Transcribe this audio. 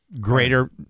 greater